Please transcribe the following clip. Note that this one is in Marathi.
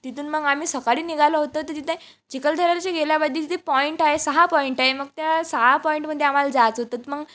तिथून मग आम्ही सकाळी निघालो होतं तर तिथे चिखलदऱ्यापशी गेल्यावरती तिथे पॉईंट आहे सहा पॉईंट आहे मग त्या सहा पॉईंटमध्ये आम्हाला जायचं होतं मग